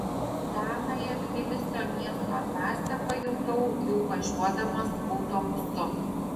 senąją tbilisio miesto dvasią pajutau jau važiuodamas autobusu